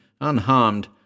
unharmed